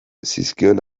zizkion